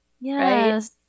Yes